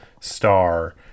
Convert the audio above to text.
star